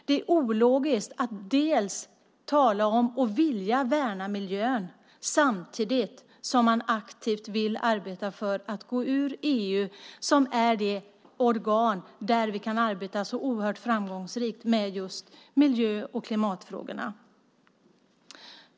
Det är ologiskt att vilja värna miljön samtidigt som man aktivt vill arbeta för att gå ur EU, som är det organ där vi kan arbeta framgångsrikt med just miljö och klimatfrågorna.